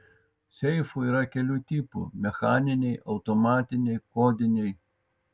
seifų yra kelių tipų mechaniniai automatiniai kodiniai